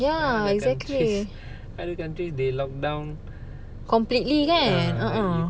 other countries other countries they locked down like